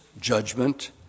judgment